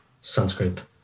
Sanskrit